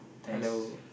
hello